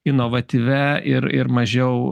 inovatyvia ir ir mažiau